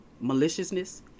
maliciousness